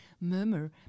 murmur